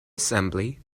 assembly